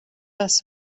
das